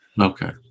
Okay